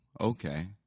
Okay